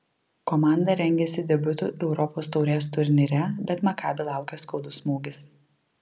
komanda rengėsi debiutui europos taurės turnyre bet makabi laukė skaudus smūgis